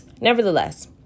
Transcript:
nevertheless